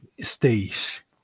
stage